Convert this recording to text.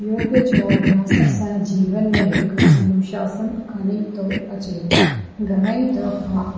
योग जो अभ्यासु असांजे जीवन में हिकु अनुशासन खणी थो अचे घणाई दफ़ा